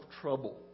Trouble